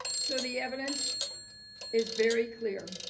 so the evidence is very clear,